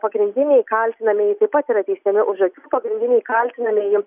pagrindiniai kaltinamieji taip pat yra teisiami už akių pagrindiniai kaltinamieji